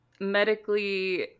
medically